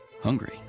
hungry